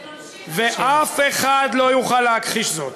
זה ממשיך, ואף אחד לא יוכל להכחיש זאת.